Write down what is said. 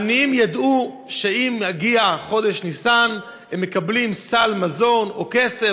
העניים ידעו שעם הגיע חודש ניסן הם מקבלים סל מזון או כסף,